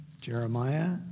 Jeremiah